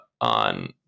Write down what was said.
on